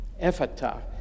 Ephata